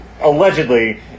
allegedly